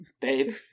Babe